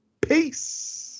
Peace